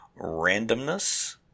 randomness